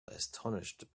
astonished